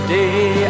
day